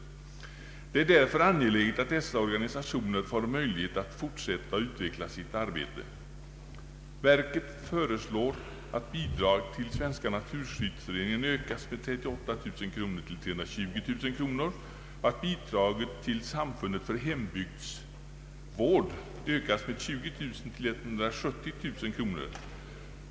Det är därför angeläget att dessa organisationer får möjlighet att fortsätta och utveckla sitt arbete. Verket föreslår att bidraget till Svenska naturskyddsföreningen ökas med 38000 kronor till 320 000 kronor och att bidraget till Samfundet för hembygdsvård ökas med 20 000 kronor till 170 000 kronor.